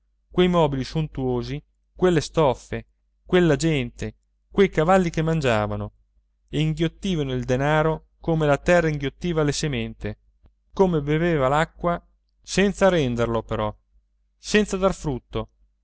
quei mobili sontuosi quelle stoffe quella gente quei cavalli che mangiavano e inghiottivano il denaro come la terra inghiottiva la semente come beveva l'acqua senza renderlo però senza dar frutto